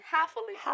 Happily